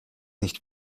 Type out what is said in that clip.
nicht